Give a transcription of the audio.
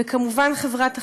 וכמובן חברת החשמל,